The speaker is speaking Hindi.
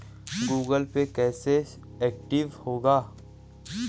गूगल पे कैसे एक्टिव होगा?